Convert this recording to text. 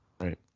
Right